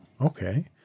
okay